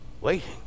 waiting